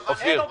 יש רק שתי